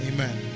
Amen